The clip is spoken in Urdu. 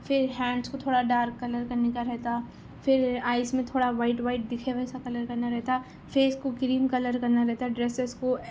پھر ہینڈس کو تھوڑا ڈارک کلر کرنے کا رہتا پھر آئس میں تھوڑا وائٹ وائٹ دکھے ویسا کلر کرنا رہتا فیس کو کریم کلر کرنا رہتا ڈریسس کو